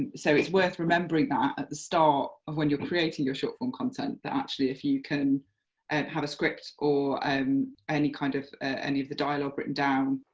so it's worth remembering that at the start of when you're creating your short form content that actually if you can have a script or um any kind of any of the dialogue written down,